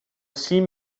seam